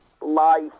life